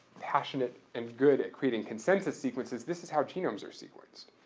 passionate and good at creating consensus sequences, this is how genomes are sequenced.